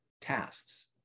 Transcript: tasks